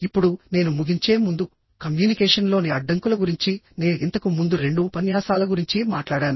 ఇప్పుడునేను ముగించే ముందు కమ్యూనికేషన్లోని అడ్డంకుల గురించి నేను ఇంతకు ముందు రెండు ఉపన్యాసాల గురించి మాట్లాడాను